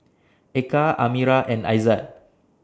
Eka Amirah and Aizat